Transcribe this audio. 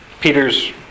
Peter's